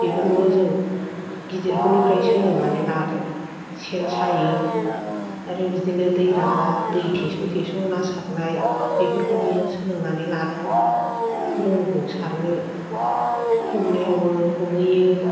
बेफोरखौबो जों गिदिरफोरनिफ्राय सोलोंनानै लादों सेन सायो आरो बिदिनो दै रानबा दै थेस' थेस' ना सारनाय बेफोरखौबो सोलोंनानै लादों रोंगौ सारनो हमनायावबो हमहैयो